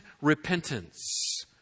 repentance